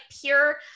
pure